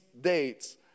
dates